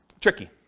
tricky